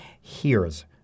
hears